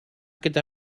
gyda